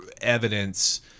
evidence